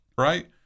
right